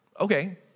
Okay